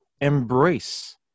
embrace